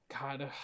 God